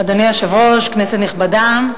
אדוני היושב-ראש, כנסת נכבדה,